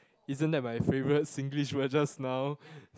isn't that my favourite Singlish word just now